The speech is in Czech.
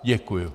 Děkuji.